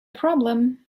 problem